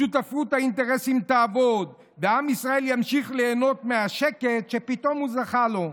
שותפות האינטרסים תעבוד ועם ישראל ימשיך ליהנות מהשקט שפתאום זכה לו.